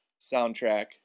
soundtrack